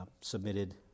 submitted